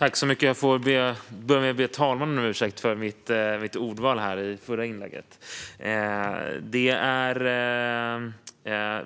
Herr talman! Jag får börja med att be om ursäkt för mitt ordval i förra inlägget.